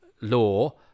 law